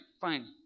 Fine